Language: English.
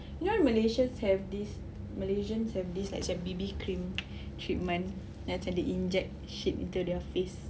you know malaysians have this malaysians have like some B_B cream treatment like macam they inject shit into their face